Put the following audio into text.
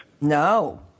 No